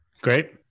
Great